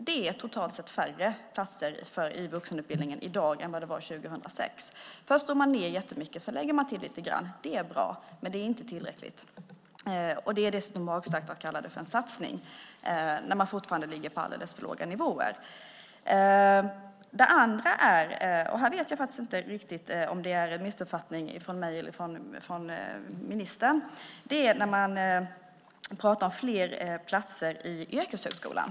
Det är totalt sett färre platser i vuxenutbildningen i dag än det var 2006. Först drog man ned jättemycket och sedan lägger man till lite grann. Det är bra, men det är inte tillräckligt. Det är dessutom magstarkt att kalla det för en satsning när man fortfarande ligger på alldeles för låga nivåer. När det gäller det andra vet jag faktiskt inte riktigt om det är en missuppfattning från mig eller från ministern. Man pratar om fler platser i yrkeshögskolan.